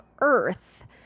Earth